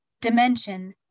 dimension